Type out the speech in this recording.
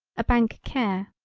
a bank care.